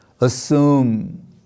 assume